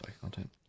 content